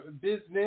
business